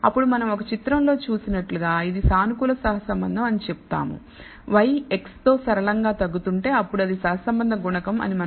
అప్పుడు మనం ఒక చిత్రంలో చూసినట్లుగా ఇది సానుకూల సహసంబంధం అని చెప్తాము y x తో సరళంగా తగ్గుతుంటే అప్పుడు అది సహసంబంధ గుణకం అని మనం చెప్తాము